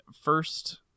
first